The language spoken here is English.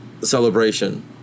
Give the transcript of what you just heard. celebration